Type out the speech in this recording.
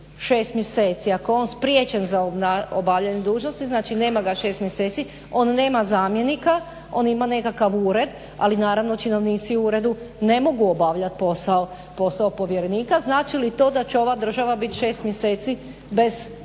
6 mjeseci, ako je on spriječen za obavljanje dužnosti znači nema ga 6 mjeseci, on nema zamjenika, on ima nekakav ured ali naravno činovnici u uredu ne mogu obavljati posao povjerenika. Znači li to da će ova država biti 6 mjeseci bez povjerenika